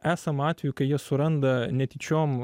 esama atvejų kai jie suranda netyčiom